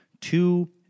two